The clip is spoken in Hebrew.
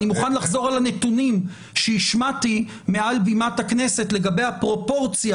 ואני מוכן לחזור על הנתונים שהשמעתי מעל בימת הכנסת לגבי הפרופורציה